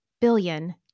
billion